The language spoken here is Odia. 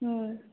ହୁଁ